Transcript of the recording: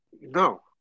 no